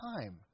time